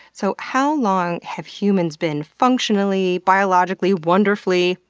so how long have humans been functionally, biologically, wonderfully,